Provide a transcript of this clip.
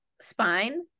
spine